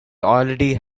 already